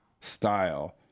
style